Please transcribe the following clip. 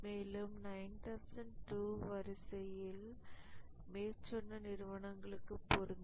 மேலும் 9002 வரிசை மேற்சொன்ன நிறுவனங்களுக்கும் பொருந்தும்